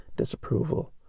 disapproval